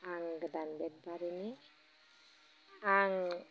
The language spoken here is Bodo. आं गोदान बेथबारिनि आं